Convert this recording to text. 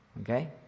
Okay